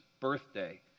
birthday